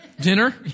Dinner